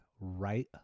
right